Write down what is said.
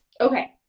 Okay